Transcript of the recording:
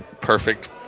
perfect